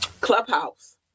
clubhouse